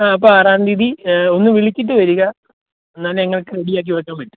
ആ അപ്പോൾ ആറാം തീയതി ഒന്ന് വിളിച്ചിട്ട് വരിക എന്നാലേ ഞങ്ങൾക്ക് റെഡിയാക്കി വെക്കാൻ പറ്റൂ